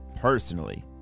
personally